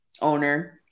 owner